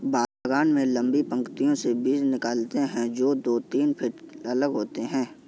बागान में लंबी पंक्तियों से बीज निकालते है, जो दो तीन फीट अलग होते हैं